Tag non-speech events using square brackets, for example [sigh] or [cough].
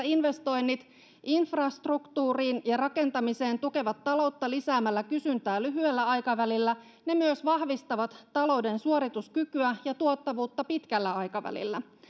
[unintelligible] investoinnit infrastruktuuriin ja rakentamiseen tukevat taloutta lisäämällä kysyntää lyhyellä aikavälillä ne myös vahvistavat talouden suorituskykyä ja tuottavuutta pitkällä aikavälillä